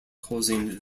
causing